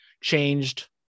changed